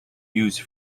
used